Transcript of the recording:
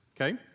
okay